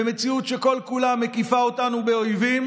במציאות שכל-כולה מקיפה אותנו באויבים.